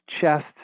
chest